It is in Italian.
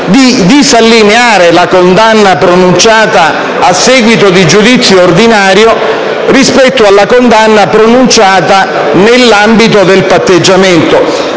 di disallineare la condanna pronunciata a seguito di giudizio ordinario rispetto alla condanna pronunciata nell'ambito del patteggiamento.